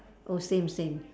oh same same